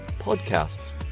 podcasts